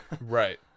right